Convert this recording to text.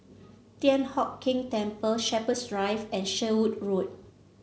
Thian Hock Keng Temple Shepherds Drive and Sherwood Road